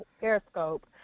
Periscope